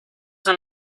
son